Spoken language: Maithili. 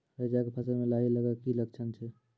रैचा के फसल मे लाही लगे के की लक्छण छै?